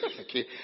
Okay